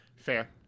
fair